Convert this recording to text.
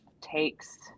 takes